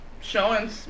showing